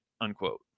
unquote